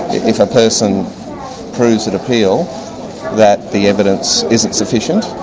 if a person proves at appeal that the evidence isn't sufficient,